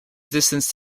distance